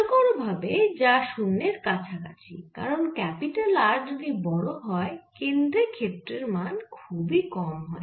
কার্যকরভাবে তা শুন্যের কাছাকাছি কারণ R যদি বড় হয় কেন্দ্রে ক্ষেত্রের মান খুবই কম হয়